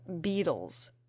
beetles